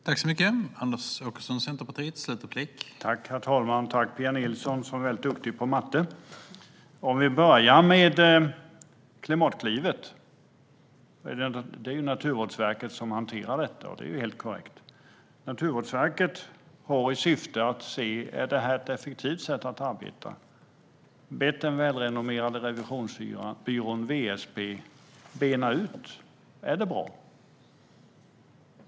Herr talman! Tack, Pia Nilsson, som är väldigt duktig på matte! Om vi börjar med Klimatklivet är det Naturvårdsverket som hanterar det; det är helt korrekt. Naturvårdsverket ska se om det är ett effektivt sätt att arbeta på och har bett den välrenommerade revisionsbyrån WSP att bena ut om det är bra.